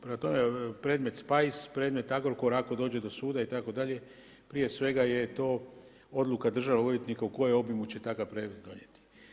Prema tome, predmet Spice, predmet Agrokor ako dođe do suda itd., prije svega je to odluka državnog odvjetnika u kojem obimu će takav predmet donijeti.